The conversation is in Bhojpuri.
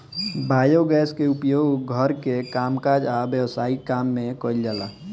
बायोगैस के उपयोग घर के कामकाज आ व्यवसायिक काम में कइल जाला